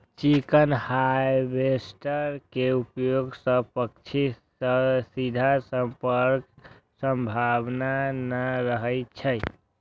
chicken harvester के उपयोग सं पक्षी सं सीधा संपर्कक संभावना नै रहै छै